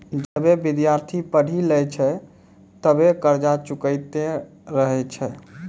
जबे विद्यार्थी पढ़ी लै छै तबे कर्जा चुकैतें रहै छै